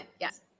Yes